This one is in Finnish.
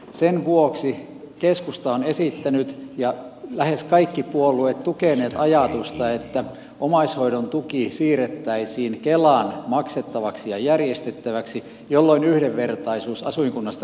sen vuoksi keskusta on esittänyt ja lähes kaikki puolueet tukeneet ajatusta että omaishoidon tuki siirrettäisiin kelan maksettavaksi ja järjestettäväksi jolloin yhdenvertaisuus asuinkunnasta riippumatta toteutuisi